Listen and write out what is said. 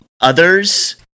Others